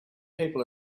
people